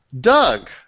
Doug